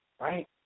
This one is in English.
right